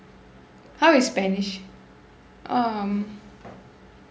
how is spanish um